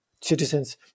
citizens